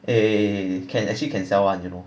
eh eh eh caan actually can sell [one] you know